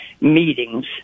meetings